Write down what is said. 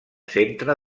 centre